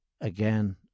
again